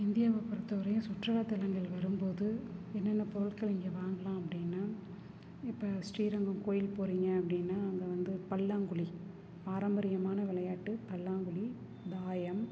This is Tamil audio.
இந்தியாவை பொருத்தவரையும் சுற்றுலா தலங்கள் வரும்போது என்னென்ன பொருட்கள் இங்கே வாங்கலாம் அப்படின்னா இப்போ ஸ்ரீரங்கம் கோவில் போறிங்க அப்படின்னா அங்கே வந்து பல்லாங்குழி பாரம்பரியமான விளையாட்டு பல்லாங்குழி தாயம்